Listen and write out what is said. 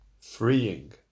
freeing